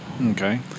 Okay